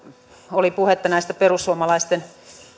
oli puhetta perussuomalaisten